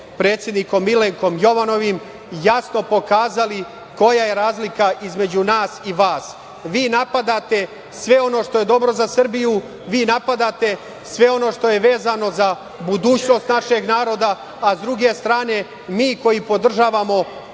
predsednikom Milenkom Jovanovim, jasno pokazali koja je razlika između nas i vas. Vi napadate sve ono što je dobro za Srbiju, vi napadate sve ono što je vezano budućnost našeg naroda, a s druge strane mi koji podržavamo